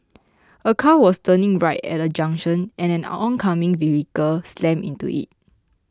a car was turning right at a junction and an oncoming vehicle slammed into it